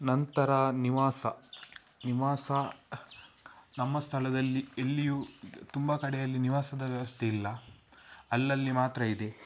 ನಂತರ ನಿವಾಸ ನಿವಾಸ ನಮ್ಮ ಸ್ಥಳದಲ್ಲಿ ಎಲ್ಲಿಯು ತುಂಬ ಕಡೆಯಲ್ಲಿ ನಿವಾಸದ ವ್ಯವಸ್ಥೆ ಇಲ್ಲ ಅಲ್ಲಲ್ಲಿ ಮಾತ್ರ ಇದೆ